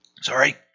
Sorry